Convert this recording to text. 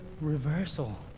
reversal